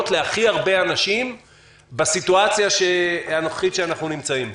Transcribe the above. להכי הרבה אנשים בסיטואציה הנוכחית שאנחנו נמצאים בה.